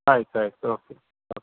ಆಯಿತು ಆಯಿತು okay okay